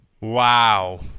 Wow